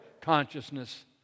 consciousness